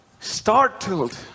startled